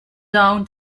down